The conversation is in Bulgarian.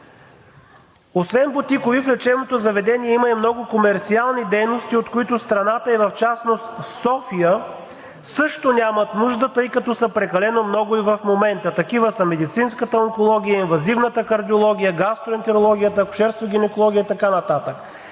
Освен бутикови, в лечебното заведение има и много комерсиални дейности, от които страната, и в частност София, също нямат нужда, тъй като са прекалено много и в момента. Такива са медицинската онкология, инвазивната кардиология, гастроентерологията, акушерството и гинекологията и така нататък.